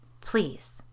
Please